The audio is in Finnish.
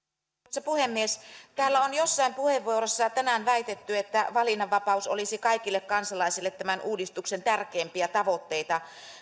arvoisa puhemies täällä on joissain puheenvuoroissa tänään väitetty että valinnanvapaus olisi kaikille kansalaisille tämän uudistuksen tärkeimpiä tavoitteita